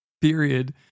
Period